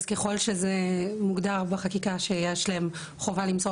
אז ככל שזה מוגדר בחקיקה שיש להם חובה למסור